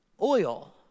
oil